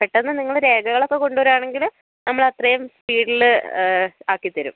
പെട്ടന്ന് നിങ്ങൾ രേഖകളൊക്കെ കൊണ്ടുവരികയാണെങ്കിൽ നമ്മൾ അത്രയും സ്പീഡിൽ അക്കിത്തരും